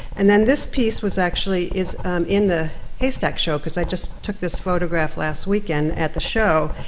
and then this piece was actually, is in the haystack show, because i just took this photograph last weekend at the show,